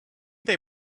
they